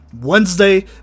Wednesday